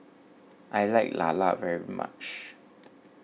I like Lala very much